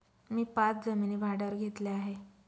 मी पाच जमिनी भाड्यावर घेतल्या आहे